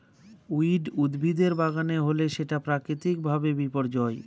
weed উদ্ভিদের বাগানে হলে সেটা প্রাকৃতিক ভাবে বিপর্যয়